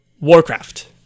warcraft